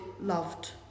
loved